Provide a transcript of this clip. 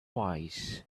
wise